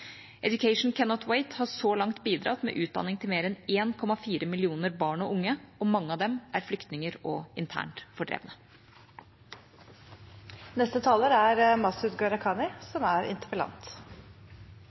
Education Cannot Wait har så langt bidratt med utdanning til mer enn 1,4 millioner barn og unge, og mange av dem er flyktninger og internt